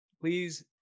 please